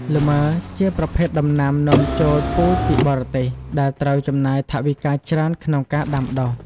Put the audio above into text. លម៉ើ ជាប្រភេទដំណាំនាំចូលពូជពីបរទេស ដែលត្រូវចំណាយថវិកាច្រើនក្នុងការដាំដុះ។